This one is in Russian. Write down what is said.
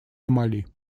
сомали